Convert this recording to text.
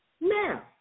Now